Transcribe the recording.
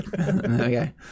Okay